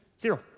Zero